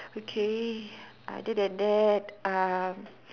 okay other then that um